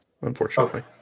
unfortunately